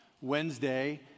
Wednesday